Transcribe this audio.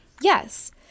yes